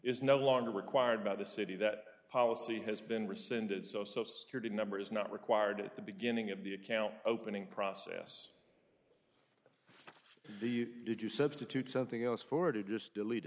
is no longer required by the city that policy has been rescinded so so security number is not required at the beginning of the account opening process if you substitute something else for it it just delete